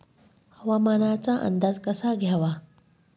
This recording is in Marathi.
हवामानाचा अंदाज कसा घ्यावा?